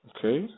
Okay